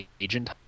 Agent